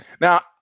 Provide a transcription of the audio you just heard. Now